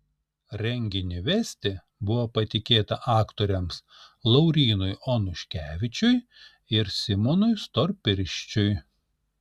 renginį vesti buvo patikėta aktoriams laurynui onuškevičiui ir simonui storpirščiui